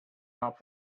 not